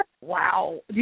Wow